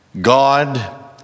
God